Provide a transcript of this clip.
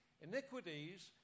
Iniquities